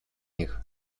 них